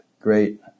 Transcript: great